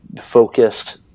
focused